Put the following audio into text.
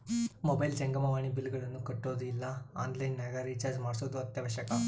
mobile ಜಂಗಮವಾಣಿ ಬಿಲ್ಲ್ಗಳನ್ನ ಕಟ್ಟೊದು ಇಲ್ಲ ಆನ್ಲೈನ್ ನಗ ರಿಚಾರ್ಜ್ ಮಾಡ್ಸೊದು ಅತ್ಯವಶ್ಯಕ